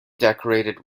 decorated